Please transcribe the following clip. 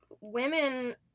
women